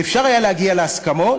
ואפשר היה להגיע להסכמות,